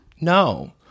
No